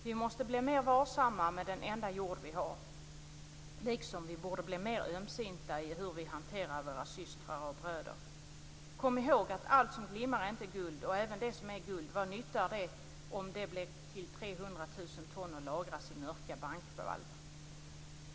Vi måste bli mer varsamma med den enda jord vi har, liksom vi borde bli mer ömsinta i fråga om hur vi hanterar våra systrar och bröder. Kom ihåg att allt som glimmar inte är guld! Och även det som är guld, vad nyttar det om det blir till 300 000 ton som lagras i mörka bankvalv?